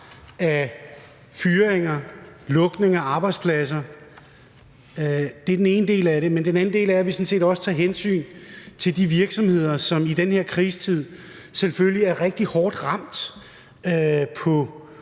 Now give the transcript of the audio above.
af fyringer, lukning af arbejdspladser. Det er den ene del af det. Men den anden del er, at vi sådan set også tager hensyn til de virksomheder, som i den her krisetid selvfølgelig er rigtig hårdt ramt på